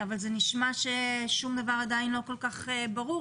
אבל נשמע ששום דבר עדיין לא כל כך ברור.